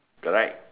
correct